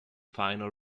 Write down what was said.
final